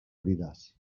bridas